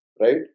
right